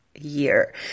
year